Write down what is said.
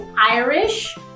Irish